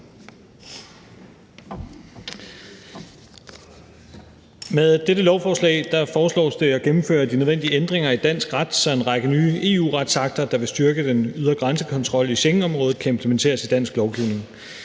Med dette lovforslag foreslås det at gennemføre de nødvendige ændringer i dansk ret, så en række nye EU-retsakter, der vil styrke den ydre grænsekontrol i Schengenområdet, kan implementeres i dansk lovgivning.